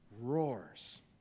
roars